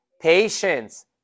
patience